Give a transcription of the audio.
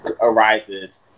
arises